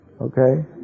Okay